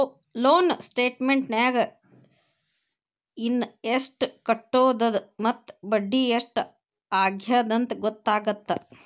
loan ಸ್ಟೇಟಮೆಂಟ್ನ್ಯಾಗ ಇನ ಎಷ್ಟ್ ಕಟ್ಟೋದದ ಮತ್ತ ಬಡ್ಡಿ ಎಷ್ಟ್ ಆಗ್ಯದಂತ ಗೊತ್ತಾಗತ್ತ